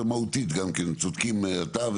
ומהותית גם כן, צודקים אתה.